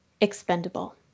expendable